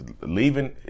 leaving